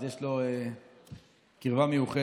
אז יש לו קרבה מיוחדת.